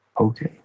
Okay